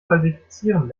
falsifizieren